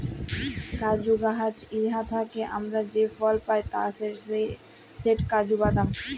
কাজু গাহাচ থ্যাইকে আমরা যে ফল পায় সেট কাজু বাদাম